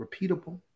repeatable